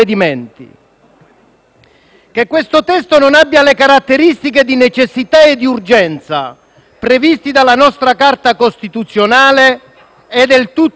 Che questo testo non abbia le caratteristiche di necessità e di urgenza previste dalla nostra Carta costituzionale è del tutto evidente.